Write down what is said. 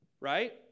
right